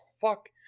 fuck